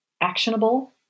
actionable